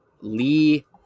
Lee